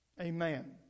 Amen